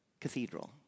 cathedral